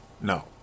No